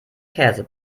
käse